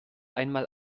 einmal